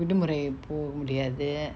விடுமுறை போ முடியாது:vidumurai po mudiyathu